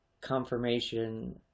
confirmation